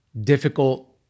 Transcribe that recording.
difficult